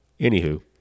Anywho